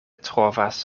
trovas